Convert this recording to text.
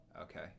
Okay